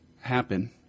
happen